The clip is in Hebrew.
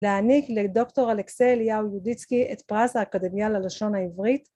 להעניק לדוקטור אלכסה אליהו יודיצקי את פרס האקדמיה ללשון העברית